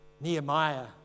Nehemiah